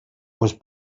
was